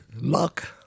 luck